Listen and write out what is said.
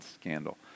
scandal